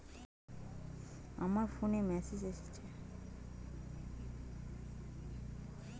আমার ফোনে মেসেজ এসেছে টাকা ঢুকেছে ব্যাঙ্কে অথচ ব্যাংকে টাকা ঢোকেনি কি করবো?